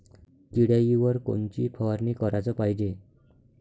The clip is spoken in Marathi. किड्याइवर कोनची फवारनी कराच पायजे?